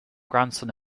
grandson